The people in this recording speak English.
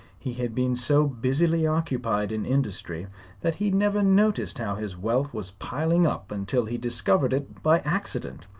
he had been so busily occupied in industry that he never noticed how his wealth was piling up until he discovered it by accident.